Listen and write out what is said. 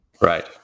Right